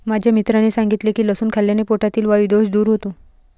माझ्या मित्राने सांगितले की लसूण खाल्ल्याने पोटातील वायु दोष दूर होतो